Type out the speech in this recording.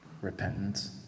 Repentance